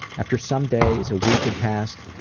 after some days, a week, had passed,